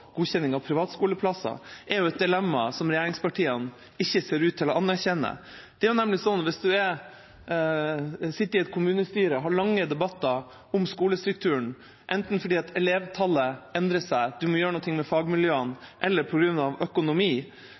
godkjenning av privatskoleplasser, er et dilemma som regjeringspartiene ikke ser ut til å anerkjenne. Man kan sitte i et kommunestyre og ha lange debatter om skolestrukturen – enten fordi elevtallet endrer seg og man må gjøre noe med fagmiljøene, eller på grunn av økonomi